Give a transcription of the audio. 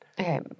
Okay